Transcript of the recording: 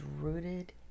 rooted